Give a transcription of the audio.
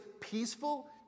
peaceful